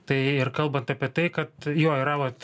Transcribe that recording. tai ir kalbant apie tai kad jo yra vat